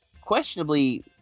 questionably